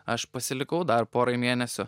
aš pasilikau dar porai mėnesių